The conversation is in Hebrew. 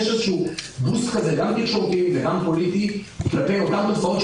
יש איזשהו בוסט גם תקשורתי וגם פוליטי כלפי אותן תופעות,